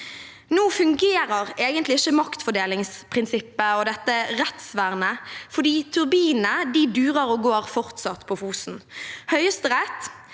Nå fungerer egentlig ikke maktfordelingsprinsippet og dette rettsvernet fordi turbinene fortsatt durer og går på Fosen. Høyesterett